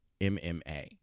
MMA